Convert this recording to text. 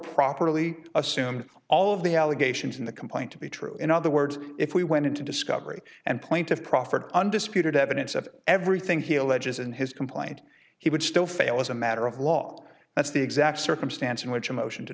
properly assumed all of the allegations in the complaint to be true in other words if we went into discovery and plaintiff proffered undisputed evidence of everything he alleges in his complaint he would still fail as a matter of law that's the exact circumstance in which a motion to